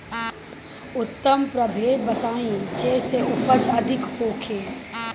उन्नत प्रभेद बताई जेसे उपज अधिक होखे?